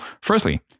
firstly